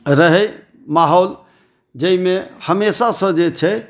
रहै माहौल जाहिमे हमेशासँ जे छै